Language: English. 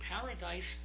Paradise